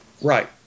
Right